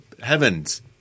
heavens